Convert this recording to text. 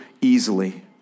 easily